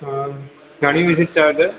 घणी visit charge आहे